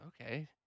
okay